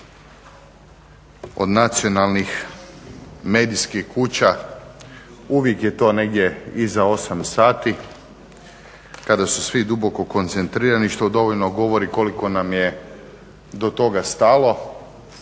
od nacionalnih medijskih kuća, uvijek je to negdje iza 8 sati kada su svi duboko koncentrirani što dovoljno govori koliko nam je do toga stalo,